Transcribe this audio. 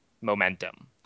momentum